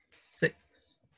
six